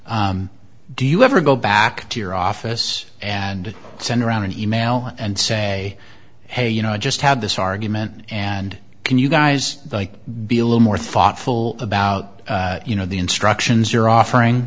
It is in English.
do you ever go back to your office and send around an e mail and say hey you know i just had this argument and can you guys like be a little more thoughtful about you know the instructions you're offering